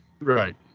Right